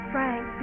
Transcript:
Frank